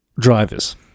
Drivers